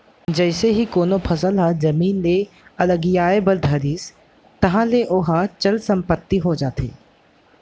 जइसे ही कोनो फसल ह जमीन ले अलगियाये बर धरिस ताहले ओहा चल संपत्ति हो जाथे